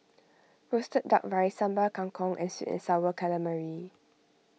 Roasted Duck Rice Sambal Kangkong and Sweet and Sour Calamari